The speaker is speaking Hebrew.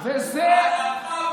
על אפך ועל חמתך.